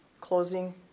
closing